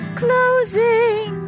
closing